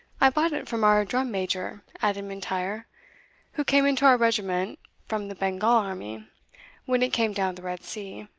i bought it from our drum-major, added m'intyre, who came into our regiment from the bengal army when it came down the red sea.